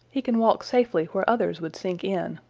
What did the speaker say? he can walk safely where others would sink in.